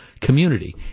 community